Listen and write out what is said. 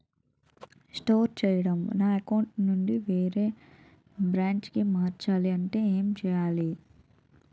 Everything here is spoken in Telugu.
నా అకౌంట్ ను వేరే బ్రాంచ్ కి మార్చాలి అంటే ఎం చేయాలి?